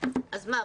אז מה?